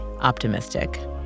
optimistic